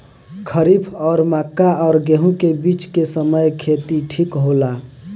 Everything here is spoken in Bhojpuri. खरीफ और मक्का और गेंहू के बीच के समय खेती ठीक होला?